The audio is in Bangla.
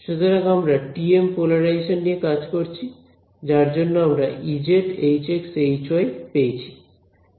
সুতরাং আমরা TM পোলারাইজেশন নিয়ে কাজ করছি যার জন্য আমরা Ez Hx Hy পেয়েছি